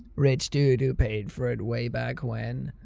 rich dude who paid for it way back when?